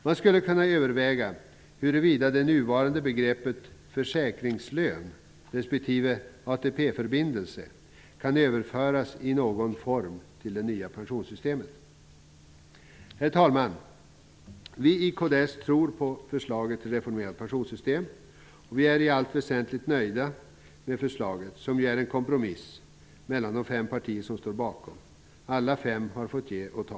Man skulle kunna överväga om de nuvarande begreppen försäkringslön respektive ATP-förbindelse kan överföras i någon form till det nya pensionssystemet. Herr talman! Vi i kds tror på förslaget till reformerat pensionssystem. Vi är i allt väsentligt nöjda med förslaget. Det är ju en kompromiss mellan de fem partier som står bakom. Alla fem har fått ge och ta.